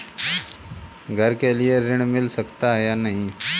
घर के लिए ऋण मिल सकता है या नहीं?